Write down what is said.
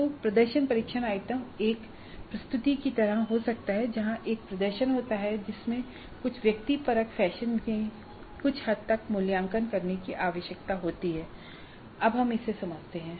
तो प्रदर्शन परीक्षण आइटम एक प्रस्तुति की तरह कुछ हो सकता है जहां एक प्रदर्शन होता है और जिसे कुछ व्यक्तिपरक फैशन में कुछ हद तक मूल्यांकन करने की आवश्यकता होती है हम अब इसे समझते हैं